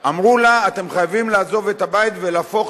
אמרו לה: אתם חייבים לעזוב את הבית ולהפוך